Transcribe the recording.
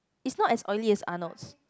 is not as oily as Arnold's